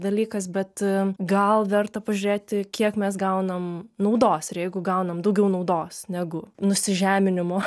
dalykas bet gal verta pažiūrėti kiek mes gaunam naudos ir jeigu gaunam daugiau naudos negu nusižeminimo